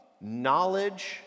knowledge